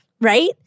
right